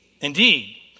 indeed